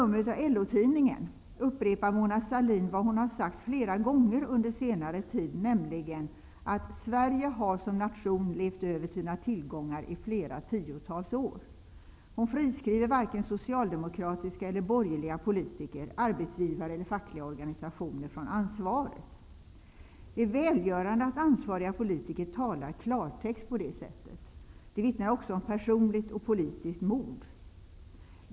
Mona Sahlin vad hon har sagt flera gånger under senare tid, nämligen att: ''Sverige har som nation levt över sina tillgångar i flera tiotals år.'' Hon friskriver varken socialdemokratiska eller borgerliga politiker, arbetsgivare eller fackliga organisationer från ansvaret. Det är välgörande att ansvariga politiker talar klartext på det sättet. Det vittnar också om personligt och politiskt mod.